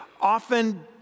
often